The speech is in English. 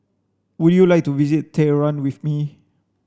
would you like to visit Tehran with me